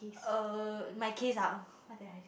uh my case ah what did I